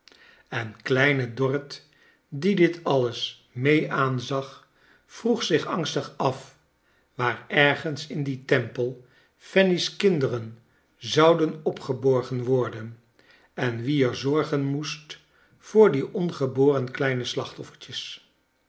en kleine dorrit die dit alles mee aanzag vroeg zich angstig af waar er gens in dien tempel fanny's kinderen zouden opgeborgen worden en wie er zorgen moest voor die ongeboren kleine